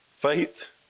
Faith